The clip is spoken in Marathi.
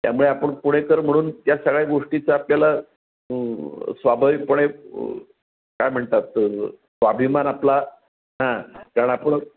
त्यामुळे आपण पुणेकर म्हणून त्या सगळ्या गोष्टीचा आपल्याला स्वाभाविकपणे काय म्हणतात स्वाभिमान आपला हां कारण आपलं